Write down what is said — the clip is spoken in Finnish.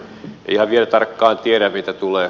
en ihan vielä tarkkaan tiedä mitä tulee